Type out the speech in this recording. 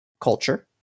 Culture